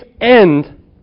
end